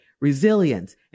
resilience